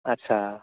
आटसा